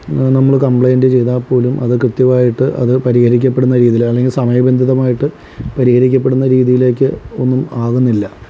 നമ്മൾ കംപ്ലയിൻറ് ചെയ്താൽ പോലും അത് കൃത്യമായിട്ട് അത് പരിഹരിക്കപ്പെടുന്ന രീതിയിൽ അല്ലെങ്കിൽ സമയബന്ധിതമായിട്ട് പരിഹരിക്കപ്പെടുന്ന രീതിയിലേക്ക് ഒന്നും ആകുന്നില്ല